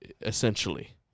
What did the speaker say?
essentially